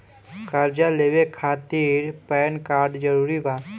कर्जा लेवे खातिर पैन कार्ड जरूरी बा?